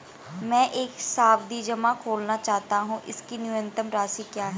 मैं एक सावधि जमा खोलना चाहता हूं इसकी न्यूनतम राशि क्या है?